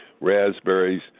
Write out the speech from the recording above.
raspberries